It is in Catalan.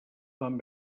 van